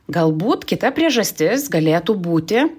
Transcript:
galbūt kita priežastis galėtų būti